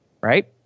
Right